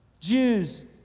Jews